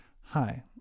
Hi